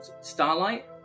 Starlight